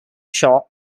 shot